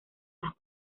las